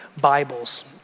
Bibles